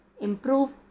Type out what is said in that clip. improve